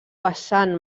vessant